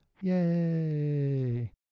Yay